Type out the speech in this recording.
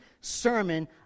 sermon